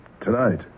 tonight